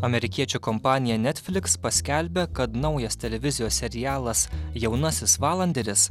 amerikiečių kompanija netflix paskelbė kad naujas televizijos serialas jaunasis valanderis